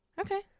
okay